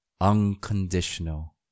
unconditional